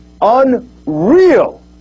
Unreal